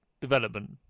development